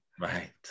Right